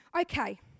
Okay